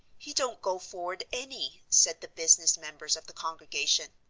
he don't go forward any, said the business members of the congregation.